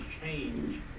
change